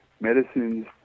medicine's